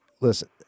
listen